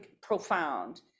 profound